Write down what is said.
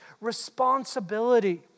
responsibility